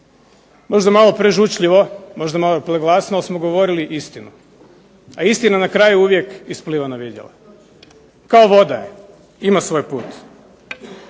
Možda malo prežučljivo, možda malo i preglasno, ali smo govorili istinu, a istina na kraju uvijek ispliva na vidjelo. Kao voda je, ima svoj put.